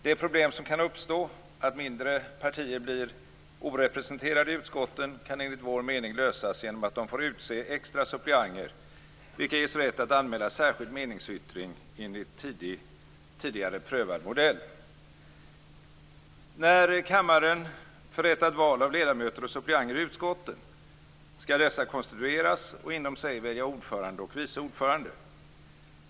Det problem som kan uppstå, att mindre partier blir orepresenterade i utskotten, kan enligt vår mening lösas genom att de får utse extra suppleanter vilka ges rätt att anmäla särskild meningsyttring enligt tidigare prövad modell. När kammaren förrättat val av ledamöter och suppleanter i utskotten skall dessa konstitueras och inom sig välja ordförande och vice ordförande.